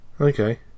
Okay